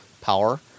power